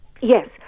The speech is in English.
Yes